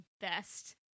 best